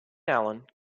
allen